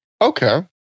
Okay